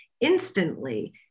instantly